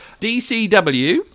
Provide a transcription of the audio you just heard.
DCW